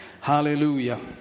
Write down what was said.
Hallelujah